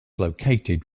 located